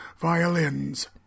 violins